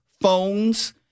phones